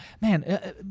man